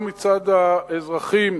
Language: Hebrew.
לא מצד האזרחים,